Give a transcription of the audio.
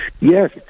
Yes